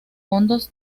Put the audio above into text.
fondos